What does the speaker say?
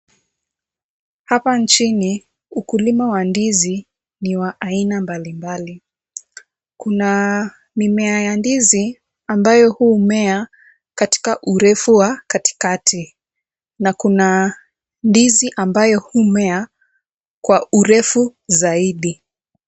Hapa nchini, ukulima wa ndizi ni wa aina mbalimbali. Kuna mimea ya ndizi ambayo humea katika urefu wa katikati na kuna ndizi ambayo humea kwa urefu zaidi.